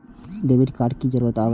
Debit card के की जरूर आवे छै?